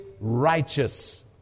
righteous